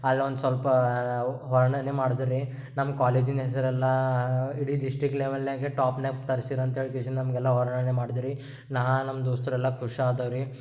ಅಲ್ಲೊಂದು ಸ್ವಲ್ಪ ವರ್ಣನೆ ಮಾಡಿದ್ರಿ ನಮ್ಮ ಕಾಲೇಜಿನ ಹೆಸ್ರೆಲ್ಲ ಇಡೀ ಡಿಸ್ಟಿಕ್ ಲೆವೆಲಾಗೆ ಟಾಪ್ನೆಪ್ ತರ್ಸಿರು ಅಂತ್ಹೇಳಿ ಕೇಸಿಂದ್ ನಮಗೆಲ್ಲ ವರ್ಣನೆ ಮಾಡಿದ್ರೀ ನಾ ನಮ್ಮ ದೋಸ್ತರೆಲ್ಲ ಖುಷಿ ಆದೆವ್ರೀ